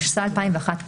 התשס"א-2001,